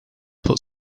put